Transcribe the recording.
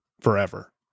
forever